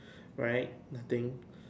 right nothing